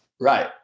right